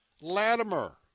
Latimer